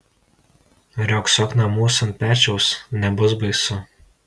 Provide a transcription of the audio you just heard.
riogsok namuos ant pečiaus nebus baisu